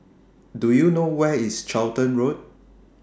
Do YOU know Where IS Charlton Road